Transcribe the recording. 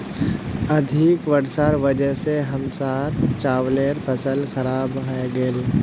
अधिक वर्षार वजह स हमसार चावलेर फसल खराब हइ गेले